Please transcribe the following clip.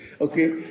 Okay